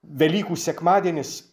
velykų sekmadienis